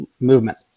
movement